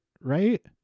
right